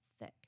thick